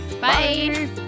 Bye